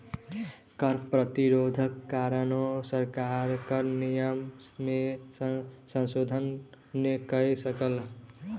कर प्रतिरोधक कारणेँ सरकार कर नियम में संशोधन नै कय सकल